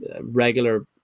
regular